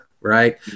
right